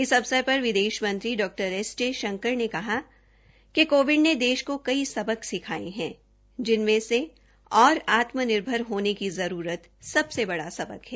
इस अवसर पर विदेश मंत्री डॉ एस जयशंकर ने कहा है कि कोविड ने देश को कई सकब सिखाए हैं जिनमें से और आत्मनिर्भर होने की जरूरत सबसे बड़ा सबक है